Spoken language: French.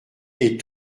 est